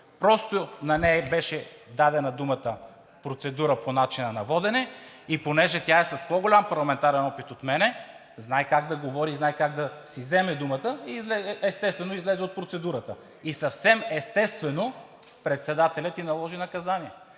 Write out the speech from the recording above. Просто на нея й беше дадена думата – процедура по начина на водене, и понеже тя е с по-голям парламентарен опит от мен, знае как да говори, знае как да си вземе думата. Естествено, излезе от процедурата и съвсем естествено председателят й наложи наказание.